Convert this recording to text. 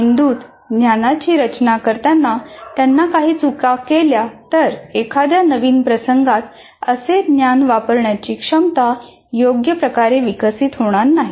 मेंदूत ज्ञानाची रचना करताना त्यांनी काही चुका केल्या तर एखाद्या नवीन प्रसंगात असे ज्ञान वापरण्याची क्षमता योग्य प्रकारे विकसित होणार नाही